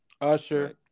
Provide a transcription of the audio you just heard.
Usher